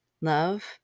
Love